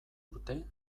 urte